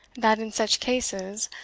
that, in such cases,